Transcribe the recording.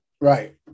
Right